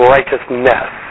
Righteousness